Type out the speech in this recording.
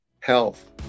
health